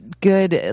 good